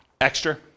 extra